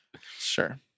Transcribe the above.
Sure